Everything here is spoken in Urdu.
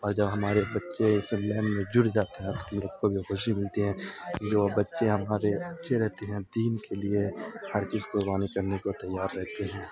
اور جب ہمارے بچے اس لین میں جڑ جاتے ہیں ہم لوگ کو بھی خوشی ملتی ہے جو بچے ہمارے اچھے رہتے ہیں دین کے لیے ہر چیز قربانی کرنے کو تیار رہتے ہیں